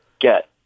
get